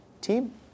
Team